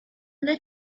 let